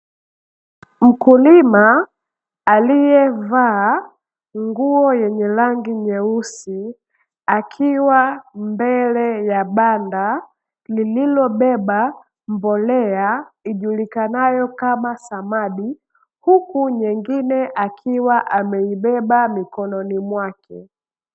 Mkulima aliyevaa nguo yenye rangi nyeusi, akiwa mbele ya banda lililobeba mbolea ijulikanayo kama samadi, huku nyingine akiwa ameibeba mikononi mwake.